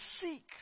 seek